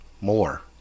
more